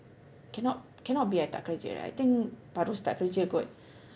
cannot cannot be I tak kerja right I think baru start kerja kot